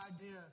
idea